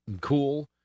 cool